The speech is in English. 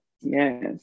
yes